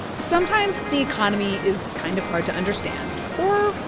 sometimes the economy is kind of hard to understand or,